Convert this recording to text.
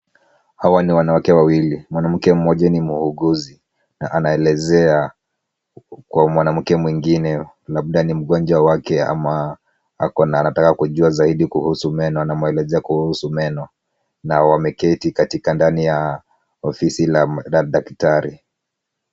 Hawa ni wanawake wawili. Mwanamke mmoja ni muuguzi na anaelezea kwa mwanamke mwingine labda ni mgonjwa wake ama anataka kujua zaidi kuhusu meno, anamweleza kuhusu meno na wameketi katika ndani ya ofisi ya daktari.